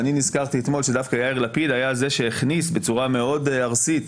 ואני נזכרתי אתמול שדווקא יאיר לפיד היה זה שהכניס בצורה מאוד ארסית